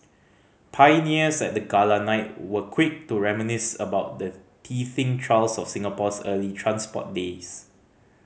pioneers at the gala night were quick to reminisce about the teething trials of Singapore's early transport days